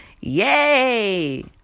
Yay